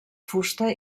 fusta